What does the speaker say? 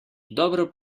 dobro